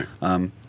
right